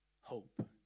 hope